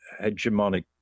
hegemonic